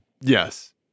Yes